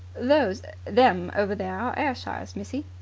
those them over there are ayrshires, missy.